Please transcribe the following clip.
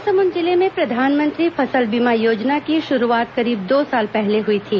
महासमुंद जिले में प्रधानमंत्री फसल बीमा योजना की शुरूआत करीब दो साल पहले हई थी